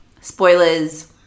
Spoilers